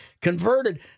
converted